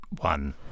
one